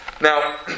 Now